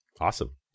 Awesome